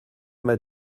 m’a